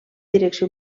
direcció